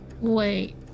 Wait